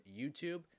YouTube